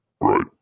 Right